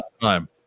time